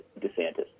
DeSantis